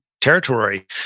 territory